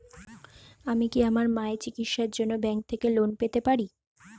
আমি কি আমার মায়ের চিকিত্সায়ের জন্য ব্যঙ্ক থেকে লোন পেতে পারি?